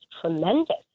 tremendous